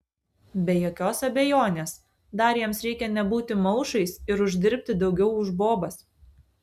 be jokios abejonės dar jiems reikia nebūti maušais ir uždirbti daugiau už bobas